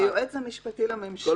"(3)היועץ המשפטי לממשלה